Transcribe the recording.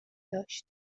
داشت